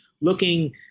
looking